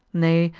nay,